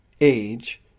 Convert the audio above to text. age